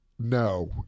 No